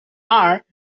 are